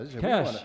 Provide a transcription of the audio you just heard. Cash